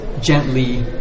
gently